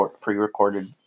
pre-recorded